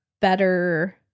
better